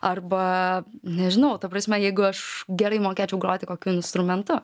arba nežinau ta prasme jeigu aš gerai mokėčiau groti kokiu instrumentu